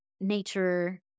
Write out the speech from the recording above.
nature